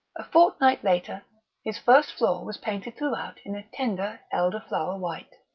a fortnight later his first floor was painted throughout in a tender, elder-flower white,